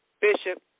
Bishop